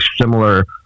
similar